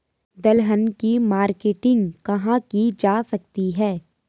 दलहन की मार्केटिंग कहाँ की जा सकती है?